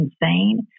insane